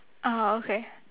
orh okay